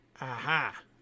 Aha